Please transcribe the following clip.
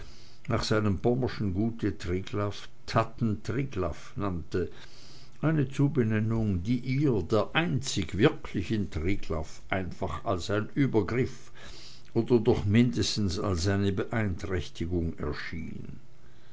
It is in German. nach seinem pommerschen gute triglaff thadden triglaff nannte eine zubenennung die ihr der einzig wirklichen triglaff einfach als ein übergriff oder doch mindestens als eine beeinträchtigung erschien